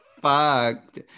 fucked